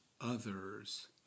others